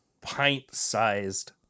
pint-sized